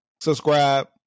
subscribe